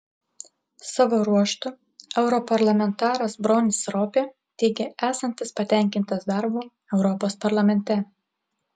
savo ruožtu europarlamentaras bronis ropė teigė esantis patenkintas darbu europos parlamente